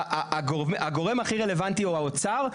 הגורם הכי רלוונטי הוא האוצר,